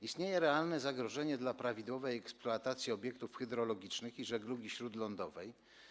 Istnieje realne zagrożenie dla prawidłowej eksploatacji obiektów hydrologicznych i żeglugi śródlądowej.